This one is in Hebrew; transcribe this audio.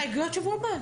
הסתייגויות בשבוע הבא,